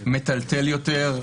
מטלטל יותר,